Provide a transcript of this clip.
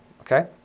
Okay